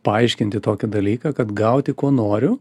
paaiškinti tokį dalyką kad gauti ko noriu